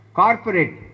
corporate